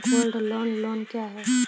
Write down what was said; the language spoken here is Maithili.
गोल्ड लोन लोन क्या हैं?